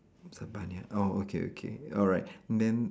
Zabaniyya oh okay okay alright then